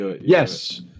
Yes